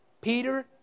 Peter